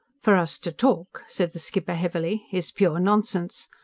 for us to talk, said the skipper heavily, is pure nonsense.